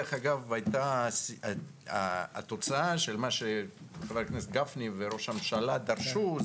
זאת דרך אגב הייתה התוצאה של מה שחבר הכנסת גפני וראש הממשלה דרשו,